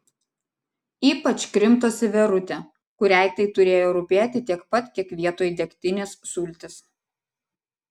ypač krimtosi verutė kuriai tai turėjo rūpėti tiek pat kiek vietoj degtinės sultys